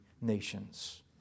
nations